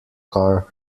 car